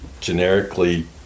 generically